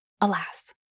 alas